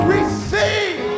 Receive